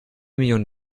millionen